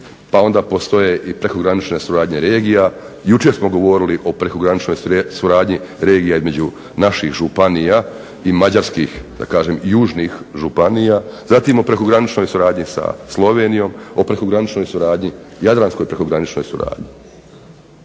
pa onda postoje i prekogranične suradnje regija. Jučer smo govorili o prekograničnoj suradnji regija između naših županija i mađarskih, da kažem južnih županija. Zatim o prekograničnoj suradnji sa Slovenijom, o prekograničnoj suradnji, jadranskoj prekograničnoj suradnji